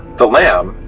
the lamb,